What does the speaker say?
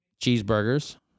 cheeseburgers